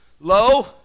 Lo